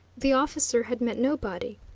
the officer had met nobody.